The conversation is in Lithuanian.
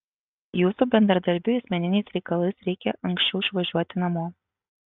jūsų bendradarbiui asmeniniais reikalais reikia anksčiau išvažiuoti namo